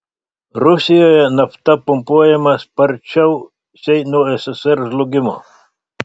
rusijoje nafta pumpuojama sparčiausiai nuo ssrs žlugimo